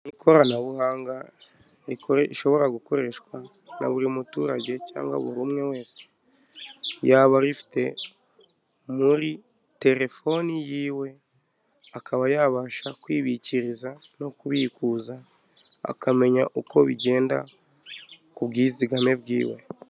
Ikoranabuhanga rishobora gukoreshwa na buri muturage cyangwa buri umwe wese, yaba arifite muri telefoni yiwe, akaba yabasha kwibikiriza no kubikuza, akamenya uko bigenda ku bwizigame bwiwe.